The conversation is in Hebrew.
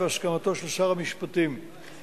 במקום השר להגנת הסביבה גלעד ארדן.